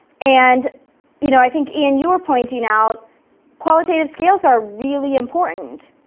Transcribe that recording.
and you know i think, ian, you were pointing out qualitative skills are really important,